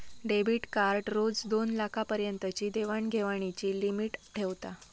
debit card रोज दोनलाखा पर्यंतची देवाण घेवाणीची लिमिट ठेवता